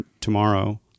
tomorrow